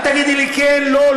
אל תגידי לי: כן, לא.